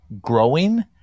growing